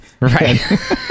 right